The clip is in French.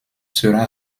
sera